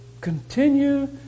continue